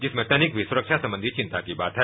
जिसमें तनिक भी सुख्या संबंधी चिंता की बात है